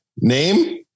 name